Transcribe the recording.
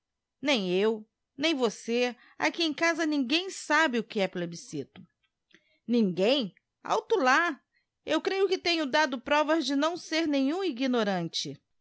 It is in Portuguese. nem eu nem você aqui em casa ninguém sabe o que é plebiscito ninguém alto lá eu creio que tenho dado provas de não ser nenhum ignorante